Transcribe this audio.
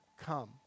come